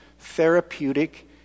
therapeutic